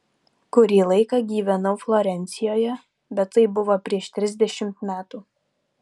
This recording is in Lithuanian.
kurį laiką gyvenau florencijoje bet tai buvo prieš trisdešimt metų